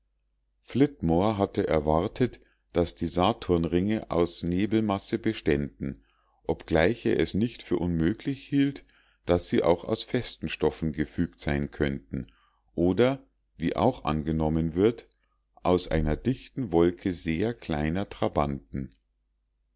flitmore hatte erwartet daß die saturnringe aus nebelmasse beständen obgleich er es nicht für unmöglich hielt daß sie auch aus festen stoffen gefügt sein könnten oder wie auch angenommen wird aus einer dichten wolke sehr kleiner trabanten